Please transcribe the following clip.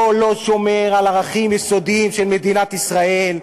לא שומר על ערכים יסודיים של מדינת ישראל,